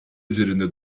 üzerinde